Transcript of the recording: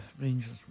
Rangers